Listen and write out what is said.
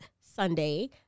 Sunday